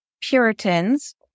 Puritans